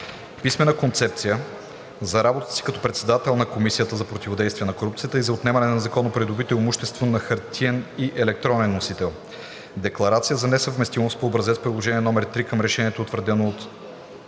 писмена концепция за работата си като председател на Комисията за противодействие на корупцията и за отнемане на незаконно придобитото имущество на хартиен и електронен носител; - декларация за несъвместимост по образец – Приложение № 3 към Решението, утвърден от